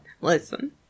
Listen